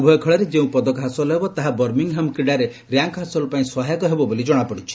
ଉଭୟ ଖେଳରେ ଯେଉଁ ପଦକ ହାସଲ ହେବ ତାହା ବର୍ମିଙ୍ଗ୍ହାମ୍ କ୍ରୀଡ଼ାରେ ର୍ୟାଙ୍କ୍ ହାସଲ ପାଇଁ ସହାୟକ ହେବ ବୋଲି ଜଣାପଡ଼ିଛି